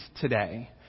today